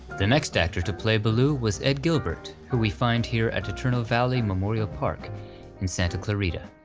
the next actor to play baloo was ed gilbert, who we find here at eternal valley memorial park in santa clarita.